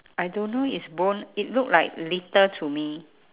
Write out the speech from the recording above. I don't know it's bone it look like litter to me